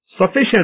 sufficient